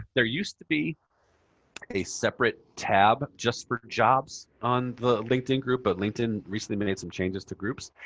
there used to be a separate tab just for jobs on the linkedin group, but linkedin recently made some changes to groups.